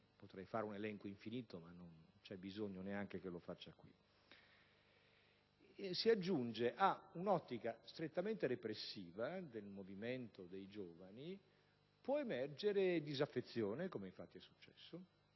potrei fare un elenco infinito, ma non ve ne è bisogno - si aggiunge a un'ottica strettamente repressiva del movimento dei giovani, può emergere disaffezione, come infatti è successo,